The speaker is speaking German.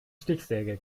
stichsäge